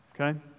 okay